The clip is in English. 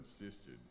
insisted